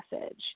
message